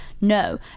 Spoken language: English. no